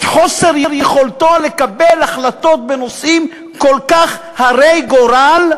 את חוסר יכולתו לקבל החלטות בנושאים כל כך הרי גורל,